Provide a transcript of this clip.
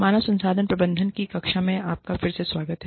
मानव संसाधन प्रबंधन की कक्षा में आपका फिर से स्वागत है